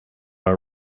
are